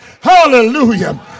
Hallelujah